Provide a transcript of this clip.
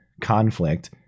conflict